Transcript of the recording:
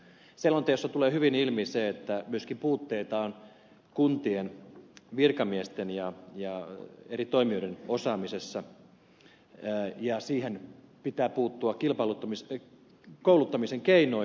selonteossa tulee hyvin ilmi se että myöskin puutteita on kuntien virkamiesten ja eri toimijoiden osaamisessa ja siihen pitää puuttua kouluttamisen keinoin